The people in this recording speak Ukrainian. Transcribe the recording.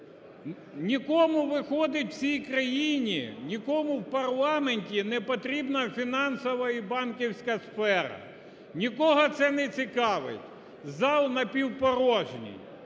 Нікому, виходить, в цій країні, нікому в парламенті не потрібна фінансова і банківська сфера, нікого це не цікавить, зал напівпорожній.